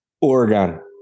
Oregon